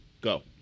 Go